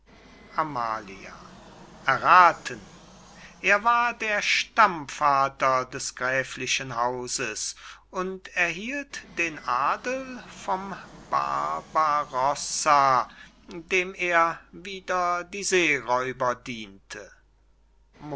amalia errathen er war der stammvater des gräflichen hauses und erhielt den adel vom barbarossa dem er wider die seeräuber diente